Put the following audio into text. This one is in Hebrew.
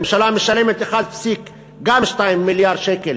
הממשלה משלמת גם 1.2 מיליארד שקלים